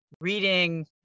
reading